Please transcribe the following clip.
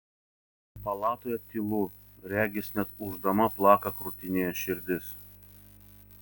palatoje tylu regis net ūždama plaka krūtinėje širdis